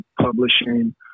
publishing